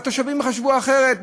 אבל התושבים חשבו אחרת,